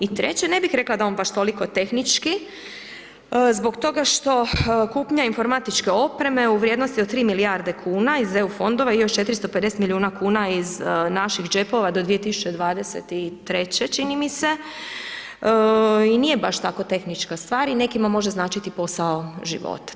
I treće, ne bih rekla da je on baš toliko tehnički, zbog toga što kupnja informatičke opreme u vrijednosti od 3 milijarde kune iz EU fondova i još 450 milijuna kuna iz naših džepova do 2023., čini mi se i nije baš tako tehnička stvar i nekima može značiti posao života.